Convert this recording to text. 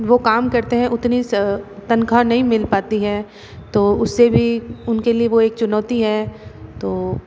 वो काम करते हैं उतनी तनखाह नहीं मिल पाती है तो उसे भी उनके लिए वो एक चुनौती है तो